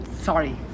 Sorry